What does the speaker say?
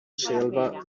selva